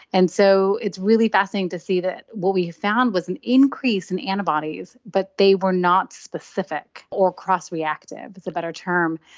and so it's really fascinating to see that what we found was an increase in antibodies but they were not specific, or cross-reactive is a better term,